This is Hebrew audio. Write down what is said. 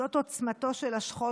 זאת עוצמתו של השכול.